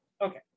okay